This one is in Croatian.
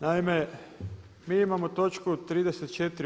Naime, mi imamo točku 34.